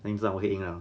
and 这样我 head in liao